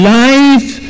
life